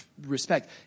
respect